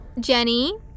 Jenny